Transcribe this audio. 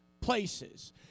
places